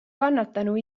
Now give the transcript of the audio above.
kannatanu